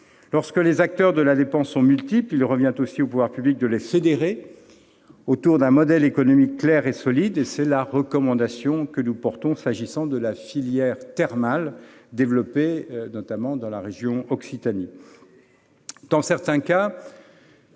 Lorsque les acteurs de la dépense sont multiples, il revient aussi aux pouvoirs publics de les fédérer autour d'un modèle économique clair et solide. C'est la recommandation que nous portons s'agissant de la filière thermale développée dans la région Occitanie. Dans certains cas,